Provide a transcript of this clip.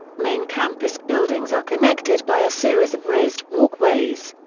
main campus buildings are connected by a series of raised walkways.